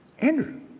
Andrew